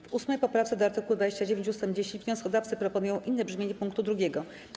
W 8. poprawce do art. 29 ust. 10 wnioskodawcy proponują inne brzmienie pkt 2.